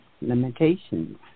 limitations